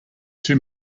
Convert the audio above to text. two